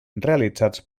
realitzats